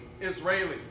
Israeli